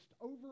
over